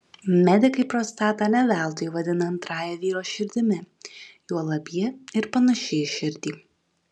medikai prostatą ne veltui vadina antrąja vyro širdimi juolab ji ir panaši į širdį